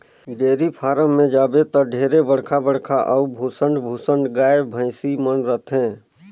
dairy farm में जाबे त ढेरे बड़खा बड़खा अउ भुसंड भुसंड गाय, भइसी मन रथे